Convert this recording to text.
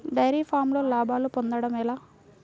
Dairy ఫామ్లో లాభాలు పొందడం ఎలా?